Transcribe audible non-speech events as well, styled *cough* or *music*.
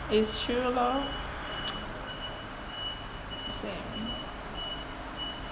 it's true lor *noise* same